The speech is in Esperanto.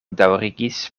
daŭrigis